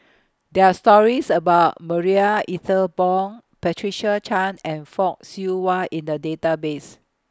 There Are stories about Marie Ethel Bong Patricia Chan and Fock Siew Wah in The Database